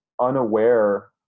unaware